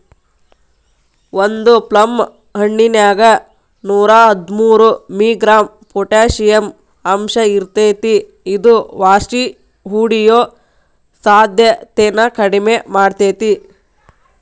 ಒಂದು ಪ್ಲಮ್ ಹಣ್ಣಿನ್ಯಾಗ ನೂರಾಹದ್ಮೂರು ಮಿ.ಗ್ರಾಂ ಪೊಟಾಷಿಯಂ ಅಂಶಇರ್ತೇತಿ ಇದು ಪಾರ್ಷಿಹೊಡಿಯೋ ಸಾಧ್ಯತೆನ ಕಡಿಮಿ ಮಾಡ್ತೆತಿ